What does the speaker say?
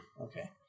Okay